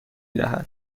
دهد